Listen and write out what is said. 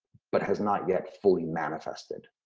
but has not yet fully manifested.